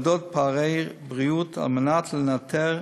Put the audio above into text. על פערי בריאות, על מנת לנטר